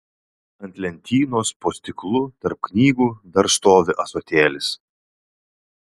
ant lentynos po stiklu tarp knygų dar stovi ąsotėlis